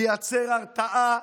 לייצר הרתעה